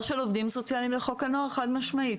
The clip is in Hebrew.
בשכר עובדים סוציאליים לחוק הנוער, חד-משמעית,